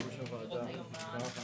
בוקר טוב לכולם.